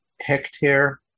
hectare